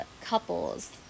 couples